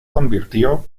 convirtió